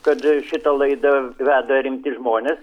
kad šitą laidą veda rimti žmonės